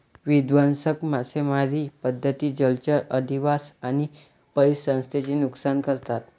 विध्वंसक मासेमारी पद्धती जलचर अधिवास आणि परिसंस्थेचे नुकसान करतात